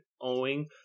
owing